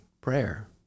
prayer